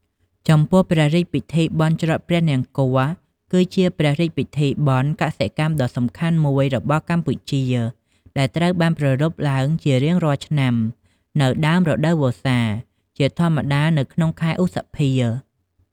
ចំពោះព្រះរាជពិធីបុណ្យច្រត់ព្រះនង្គ័ល គឺជាព្រះរាជពិធីបុណ្យកសិកម្មដ៏សំខាន់មួយរបស់កម្ពុជា ដែលត្រូវបានប្រារព្ធឡើងជារៀងរាល់ឆ្នាំនៅ ដើមរដូវវស្សា ជាធម្មតានៅក្នុងខែឧសភា។